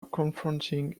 confronting